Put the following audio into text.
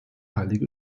heilige